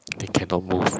they cannot move